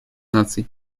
наций